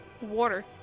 Water